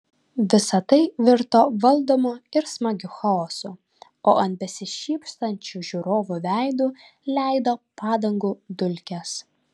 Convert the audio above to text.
visa tai virto valdomu ir smagiu chaosu o ant besišypsančių žiūrovų veidų leido padangų dulkes